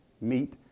meet